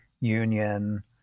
Union